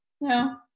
No